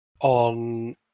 on